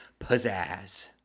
pizzazz